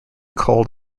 called